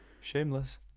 shameless